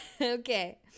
okay